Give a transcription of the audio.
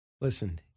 Listen